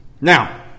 Now